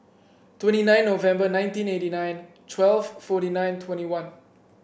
twenty nine November nineteen eighty nine twelve forty nine twenty one